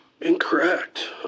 Incorrect